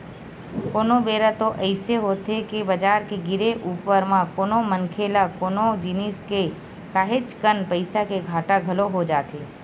कोनो बेरा तो अइसे होथे के बजार के गिरे ऊपर म कोनो मनखे ल कोनो जिनिस के काहेच कन पइसा के घाटा घलो हो जाथे